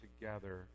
together